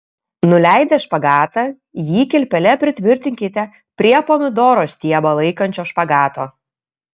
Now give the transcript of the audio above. nuleidę špagatą jį kilpele pritvirtinkite prie pomidoro stiebą laikančio špagato